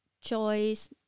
choice